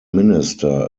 minister